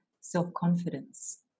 self-confidence